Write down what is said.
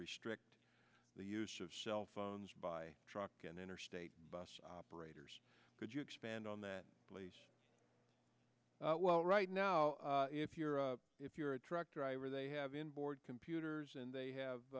restrict the use of cell phones by truck and interstate bus operators could you expand on that well right now if you're if you're a truck driver they have inboard computers and they have